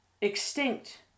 extinct